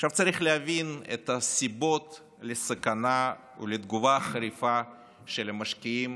עכשיו צריך להבין את הסיבות לסכנה ולתגובה החריפה של המשקיעים